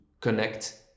connect